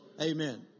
Amen